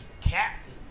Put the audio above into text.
captain